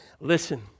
Listen